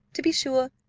to be sure.